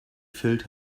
filled